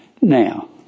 now